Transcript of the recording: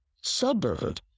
suburb